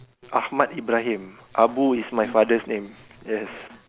Ahmad-Ibrahim abu is my father's name yes